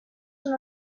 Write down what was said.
són